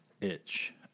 itch